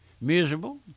miserable